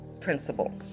principle